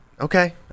Okay